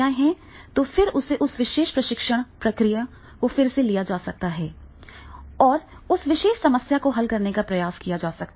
हैं तो वह फिर से उस विशेष प्रशिक्षण प्रक्रिया को फिर से ले सकता है और उस विशेष समस्या को हल करने का प्रयास कर सकता है